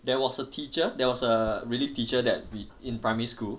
there was a teacher there was a relief teacher that we in primary school